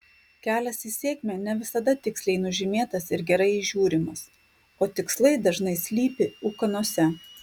kelias į sėkmę ne visada tiksliai nužymėtas ir gerai įžiūrimas o tikslai dažnai slypi ūkanose